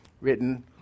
written